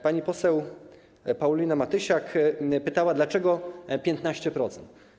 Pani poseł Paulina Matysiak pytała, dlaczego 15%.